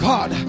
God